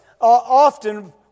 often